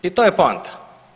I to je poanta.